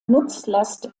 nutzlast